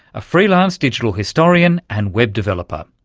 a freelance digital historian and web developer.